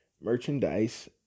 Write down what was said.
merchandise